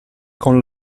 con